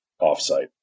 off-site